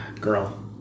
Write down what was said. Girl